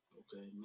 okay